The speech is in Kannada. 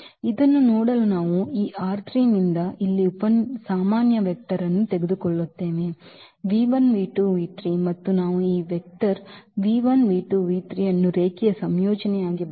ಇದನ್ನು ನೋಡಲು ನಾವು ಈ ನಿಂದ ಇಲ್ಲಿ ಸಾಮಾನ್ಯ ವೆಕ್ಟರ್ ಅನ್ನು ತೆಗೆದುಕೊಳ್ಳುತ್ತೇವೆ ಮತ್ತು ನಾವು ಈ ಅನ್ನು ರೇಖೀಯ ಸಂಯೋಜನೆಯಾಗಿ ಬರೆಯಲು ಪ್ರಯತ್ನಿಸುತ್ತೇವೆ